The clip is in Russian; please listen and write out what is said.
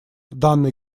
данной